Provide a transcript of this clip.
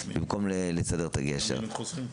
במקום לסדר את הגשר.